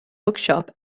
bookshop